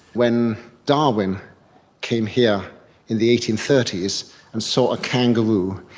when darwin came here in the eighteen thirty s and saw a kangaroo,